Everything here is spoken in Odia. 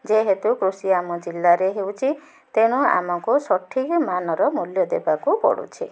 ଯେହେତୁ କୃଷି ଆମ ଜିଲ୍ଲାରେ ହେଉଛି ତେଣୁ ଆମକୁ ସଠିକ୍ ମାନର ମୂଲ୍ୟ ଦେବାକୁ ପଡ଼ୁଛି